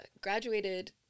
graduated